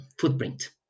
footprint